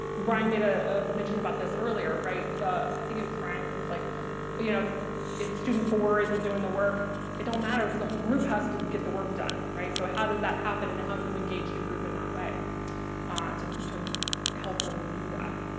brian made a mention about this earlier right i think it was brian was like you know if student four isn't doing the work it don't matter because the whole group has to get the work done right so how does that happen and how do you engage the group in that way ah to to help them do that.